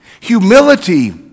Humility